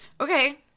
Okay